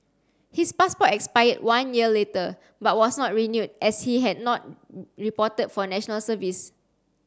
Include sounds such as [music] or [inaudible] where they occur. his passport expired one year later but was not renewed as he had not [hesitation] reported for National Service